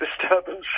disturbance